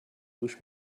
گوش